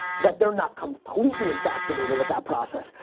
that they're not completely infatuated with that process.